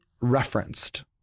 referenced